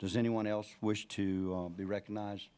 does anyone else wish to be recognized